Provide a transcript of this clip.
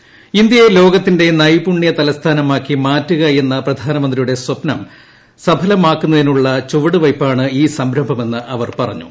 ഇന്ത്യയെ ലോകത്തിന്റെ നൈപുണ്യ തലസ്ഥാനമാക്കി മാറ്റുക എന്ന പ്രധാനമന്ത്രിയുടെ സ്വപ്നം സഫലമാകുന്നതിനുള്ള ചുവടുവയ്പാണ് ഈ സംരംഭമെന്ന് അവർ പറഞ്ഞു